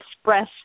express